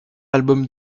album